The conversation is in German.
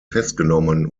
festgenommen